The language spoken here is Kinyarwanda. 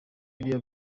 biriya